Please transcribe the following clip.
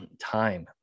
time